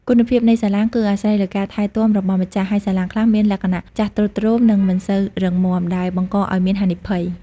គុណភាពនៃសាឡាងគឺអាស្រ័យលើការថែទាំរបស់ម្ចាស់ ហើយសាឡាងខ្លះមានលក្ខណៈចាស់ទ្រុឌទ្រោម និងមិនសូវរឹងមាំ ដែលបង្កឱ្យមានហានិភ័យ។